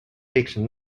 fiction